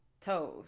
toes